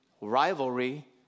rivalry